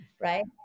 Right